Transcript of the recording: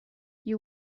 you